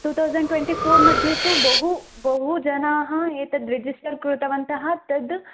two thousand twenty फ़ोर्मध्ये तु बहु बहु जनाः एतद् रिजिस्टर् कृतवन्तः तद्